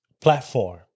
platform